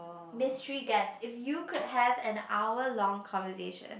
mystery guest if you could have an hour long conversation